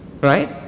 Right